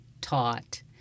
taught